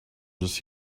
just